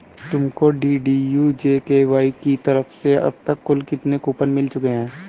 तुमको DDU GKY की तरफ से अब तक कुल कितने कूपन मिल चुके हैं?